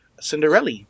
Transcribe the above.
Cinderella